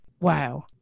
wow